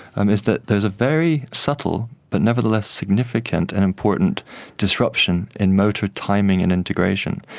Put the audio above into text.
um is that there is a very subtle but nevertheless significant and important disruption in motor timing and integration.